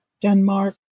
Denmark